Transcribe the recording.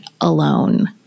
alone